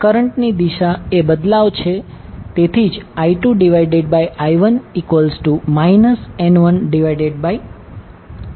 કરંટની દિશા એ બદલાવ છે તેથી જ I2I1 N1N2